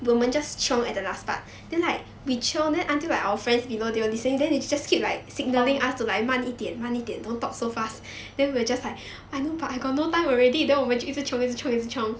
oh